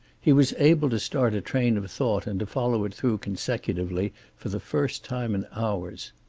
he was able to start a train of thought and to follow it through consecutively for the first time in hours.